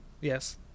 Yes